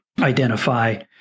identify